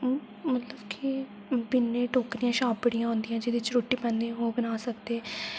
मतलब कि बिन्ने टोकरियां छाबड़ियां होन्दियां जेह्दे च रुट्टी पान्ने ओह् बना सकदे